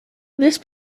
this